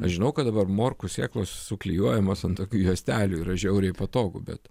aš žinau kad dabar morkų sėklos suklijuojamos ant tokių juostelių yra žiauriai patogu bet